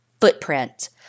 footprint